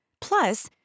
Plus